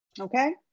Okay